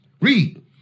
Read